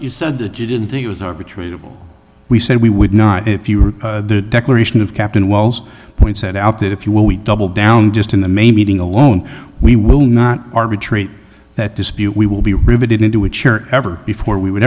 you said that you didn't think it was arbitrary we said we would not if you were the declaration of captain wells point set out that if you will we doubled down just in the main meeting alone we will not arbitrate that dispute we will be riveted into a chair ever before we would